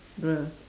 bruh